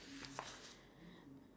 I don't know I feel like I don't sing